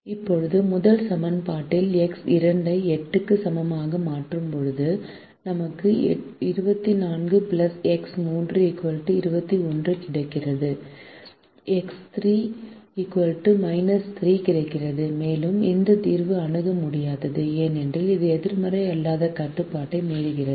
இப்போது முதல் சமன்பாட்டில் எக்ஸ் 2 ஐ 8 க்கு சமமாக மாற்றும் போது நமக்கு 24 எக்ஸ் 3 21 கிடைக்கிறது எக்ஸ் 3 3 கிடைக்கிறது மேலும் இந்த தீர்வு அணுக முடியாதது ஏனெனில் இது எதிர்மறை அல்லாத கட்டுப்பாட்டை மீறுகிறது